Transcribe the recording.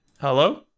Hello